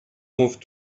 moved